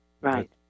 Right